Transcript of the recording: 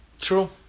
True